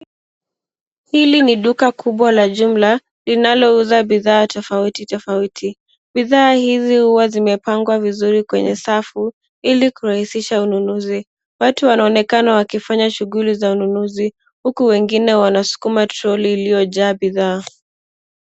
Hili ni duka kubwa la jumla linalouza bidhaa tofauti tofauti. Bidhaa hizi huwa zimepangwa vizuri kwenye safu ili kurahisisha ununuzi. Watu wanaonekana wakifanya shughuli za ununuzi uku wengine wanasukuma troli iliojaa bidhaa.